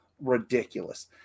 ridiculous